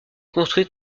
construite